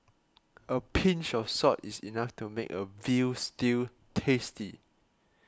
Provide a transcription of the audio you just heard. a pinch of salt is enough to make a Veal Stew tasty